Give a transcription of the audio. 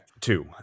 Two